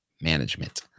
management